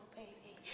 baby